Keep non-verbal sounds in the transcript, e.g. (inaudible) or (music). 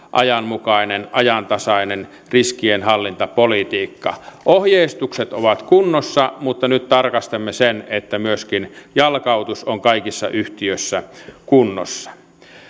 (unintelligible) ajanmukainen ajantasainen riskienhallintapolitiikka ohjeistukset ovat kunnossa mutta nyt tarkastamme sen että myöskin jalkautus on kaikissa yhtiöissä kunnossa